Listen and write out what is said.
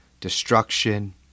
destruction